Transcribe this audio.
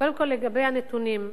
קודם כול לגבי הנתונים,